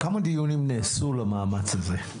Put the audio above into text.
כמה דיונים נעשו למאמץ הזה?